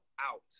out